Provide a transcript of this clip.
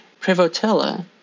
prevotella